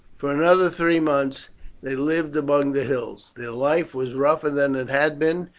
for another three months they lived among the hills. their life was rougher than it had been,